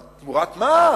אבל תמורת מה?